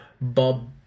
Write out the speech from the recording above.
Bob